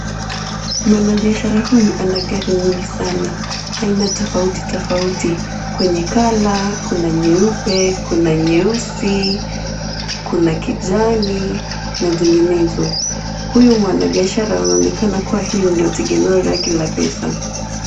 Mwenye biashara hii ana gari nyingi sana aina tofauti tofauti. Kwenye color kuna nyeupe, kuna nyeusi, kuna kijani na zinginezo. Huyu mwana biashara anaonekana kuwa hili ndio tegemeo lake la pesa.